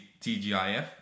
TGIF